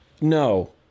No